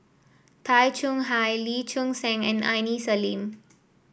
Tay Chong Hai Lee Choon Seng and Aini Salim